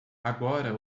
agora